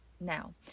now